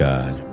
God